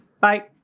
Bye